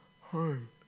home